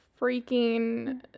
freaking